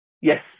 Yes